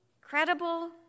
credible